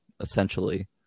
essentially